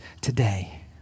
today